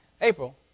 April